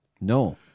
No